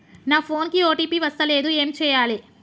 నా ఫోన్ కి ఓ.టీ.పి వస్తలేదు ఏం చేయాలే?